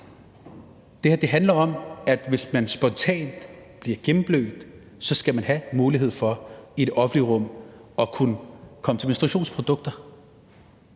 det her handler om, at man, hvis man spontant bliver gennemblødt, så skal have mulighed for i det offentlige rum at kunne komme til menstruationsprodukter.